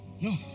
no